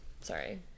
sorry